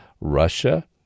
Russia